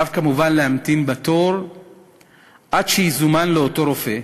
עליו כמובן להמתין בתור עד שיזומן לאותו רופא,